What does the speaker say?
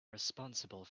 responsible